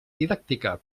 didàctica